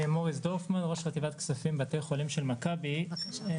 מוריס, מכבי, בבקשה.